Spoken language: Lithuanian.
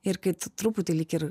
ir kai tu truputį lyg ir